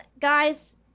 guys